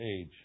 age